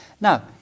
Now